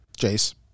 Jace